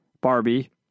Barbie